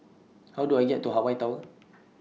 How Do I get to Hawaii Tower